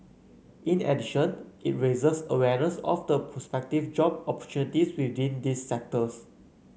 in addition it raises awareness of the prospective job opportunities within these sectors